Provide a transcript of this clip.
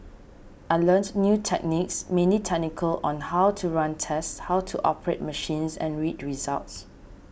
I learnt new techniques mainly technical on how to run tests how to operate machines and read results